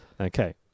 Okay